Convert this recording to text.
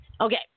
Okay